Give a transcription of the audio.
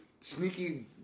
sneaky